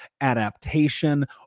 adaptation